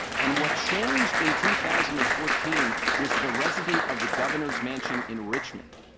and what changed in two thousand and fourteen was the resident of the governor's mansion in richmond.